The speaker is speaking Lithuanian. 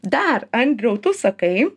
dar andriau tu sakai